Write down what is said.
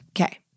Okay